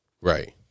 Right